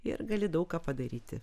ir gali daug ką padaryti